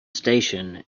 station